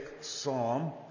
Psalm